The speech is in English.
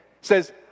says